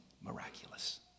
miraculous